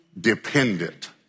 dependent